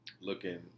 looking